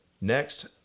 Next